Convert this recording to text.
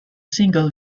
single